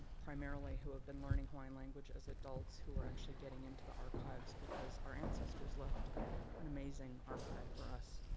primarily who have been learning hawaiian language as adults who are actually getting into the archives because our ancestors left an amazing archive for us.